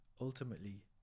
Ultimately